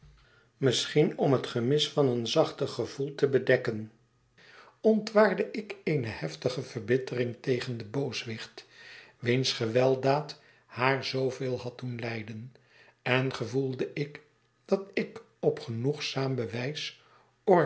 misschien om het gemis van een zachter gevoel te bedekken ontwaarde ik eene heftige verbittering tegen den booswicht wiens gewelddaad haar zooveel had doenlijden en gevoelde ik dat ik op genoegzaam bewijs